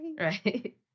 Right